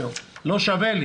לא שווה לי.